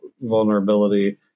vulnerability